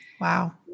Wow